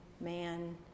man